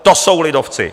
To jsou lidovci!